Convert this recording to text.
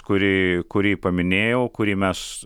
kurį kurį paminėjau kurį mes